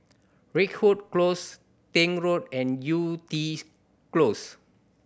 Ridgewood Close Tank Road and Yew Tee Close